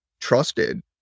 trusted